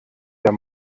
der